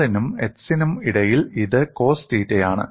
R നും x നും ഇടയിൽ ഇത് കോസ് തീറ്റയാണ്